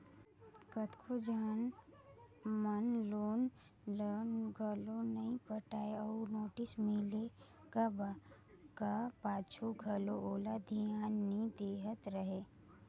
केतनो झन मन लोन ल घलो नी पटाय अउ नोटिस मिले का पाछू घलो ओला धियान नी देहत रहें